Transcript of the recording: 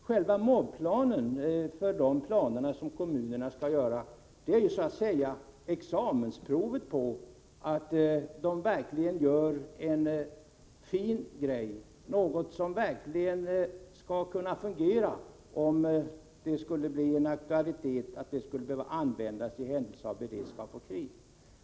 Själva mobiliseringsplanen, som kommunerna skall göra upp, är ju så att säga examensprovet på att kommunerna gör en fin grej — något som verkligen skall kunna fungera, om det skulle bli aktuellt att använda det hela i händelse av beredskap och krig.